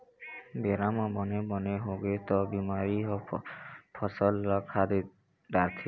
बेरा म बने बने होगे त बिमारी ह फसल ल खा डारथे